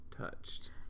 touched